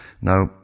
Now